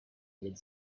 with